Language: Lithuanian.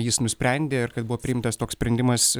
jis nusprendė ir kad buvo priimtas toks sprendimas